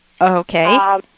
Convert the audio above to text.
Okay